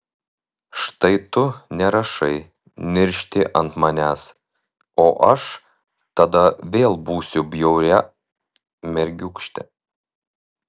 štai tu nerašai niršti ant manęs o aš tada vėl būsiu bjauria mergiūkšte